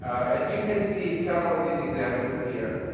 and you can see some of these examples here.